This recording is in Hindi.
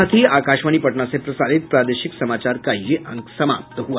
इसके साथ ही आकाशवाणी पटना से प्रसारित प्रादेशिक समाचार का ये अंक समाप्त हुआ